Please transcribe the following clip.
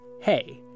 hey